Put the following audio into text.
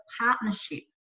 partnership